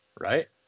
right